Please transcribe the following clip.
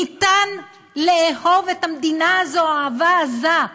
אפשר לאהוב את המדינה הזאת אהבה עזה,